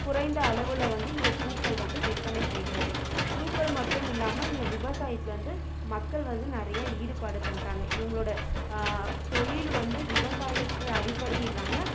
குறைந்த அளவில் வந்து இங்கே பூக்கள் வந்து விற்பனை செய்கிறது பூக்கள் மட்டும் இல்லாமல் இங்கே விவசாயத்தில் வந்து மக்கள் வந்து நிறையா ஈடுபாடு பண்றாங்க இவங்களோட தொழில் வந்து விவசாயத்தை அடிப்படை இல்லாமல்